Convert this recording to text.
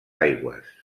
aigües